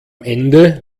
ende